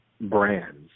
brands